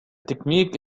technique